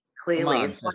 clearly